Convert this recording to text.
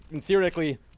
theoretically